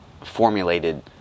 formulated